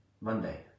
Monday